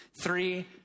three